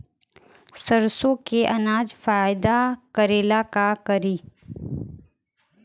सरसो के अनाज फायदा करेला का करी?